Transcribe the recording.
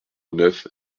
neuf